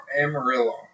Amarillo